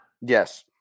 Yes